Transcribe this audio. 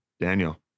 Daniel